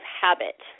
habit